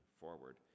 forward